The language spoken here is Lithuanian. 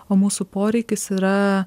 o mūsų poreikis yra